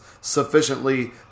sufficiently